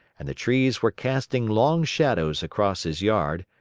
and the trees were casting long shadows across his yard,